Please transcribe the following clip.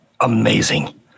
amazing